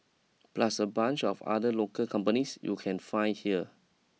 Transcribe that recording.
plus a bunch of other local companies you can find here